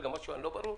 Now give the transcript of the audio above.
רגע, אני לא ברור?